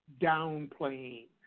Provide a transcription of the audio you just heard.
downplaying